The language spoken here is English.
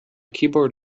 keyboard